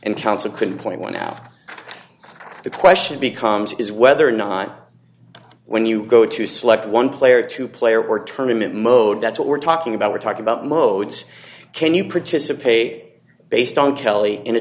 and council could point out the question becomes is whether or not when you go to select one player to player or tournaments mode that's what we're talking about we're talking about modes can you produce a paper based on telly in a